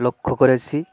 লক্ষ্য করেছি